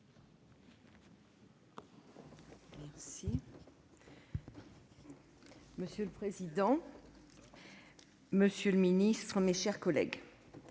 Monsieur le président, monsieur le ministre, mes chers collègues,